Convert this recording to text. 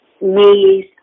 knees